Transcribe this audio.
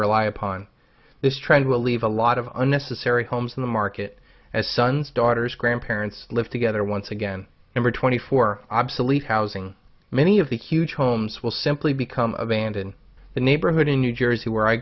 rely upon this trend will leave a lot of unnecessary homes in the market as sons daughters grandparents live together once again number twenty four obsolete housing many of these huge homes will simply become abandoned the neighborhood in new jersey where i